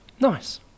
Nice